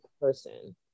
person